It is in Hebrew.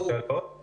ברור.